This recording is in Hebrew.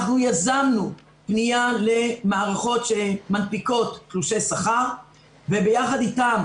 אנחנו יזמנו פנייה למערכות שמנפיקות תלושי שכר וביחד איתם